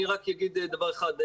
אני רק אגיד דבר אחד.